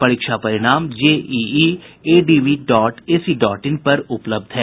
परीक्षा परिणाम JEE ADV dot AC dot in पर उपलब्ध है